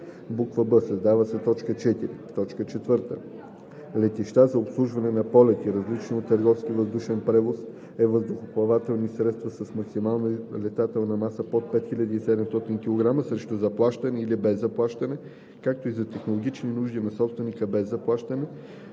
б) създава се т. 4: „4. летища за обслужване на полети, различни от търговски въздушен превоз, с въздухоплавателни средства с максимална излетна маса под 5700 кг срещу заплащане или без заплащане, както и за технологични нужди на собственика без заплащане;